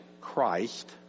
Christ